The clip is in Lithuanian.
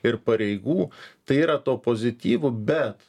ir pareigų tai yra to pozityvo bet